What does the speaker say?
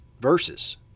versus